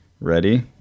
Ready